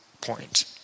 point